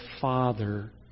Father